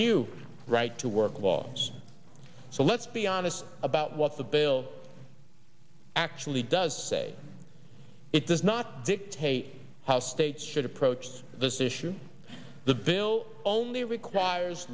new right to work laws so let's be honest about what the bill actually does say it does not dictate how states should approach this issue the bill only requires